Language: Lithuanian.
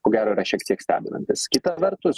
ko gero yra šiek tiek stebinantis kita vertus